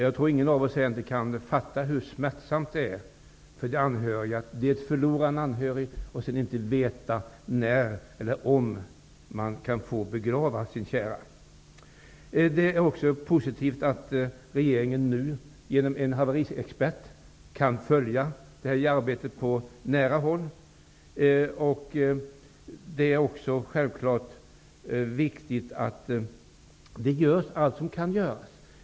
Jag tror inte att någon av oss egentligen kan förstå hur smärtsamt det är för de anhöriga att förlora en anhörig och sedan inte veta när eller om man skall få begrava sin kära. Det är också positivt att regeringen nu genom en haveriexpert kan följa arbetet på nära håll, och det är viktigt att allt som kan göras görs.